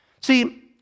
See